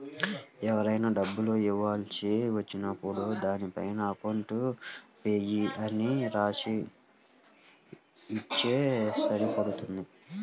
ఎవరికైనా డబ్బులు ఇవ్వాల్సి వచ్చినప్పుడు దానిపైన అకౌంట్ పేయీ అని రాసి ఇస్తే సరిపోతుంది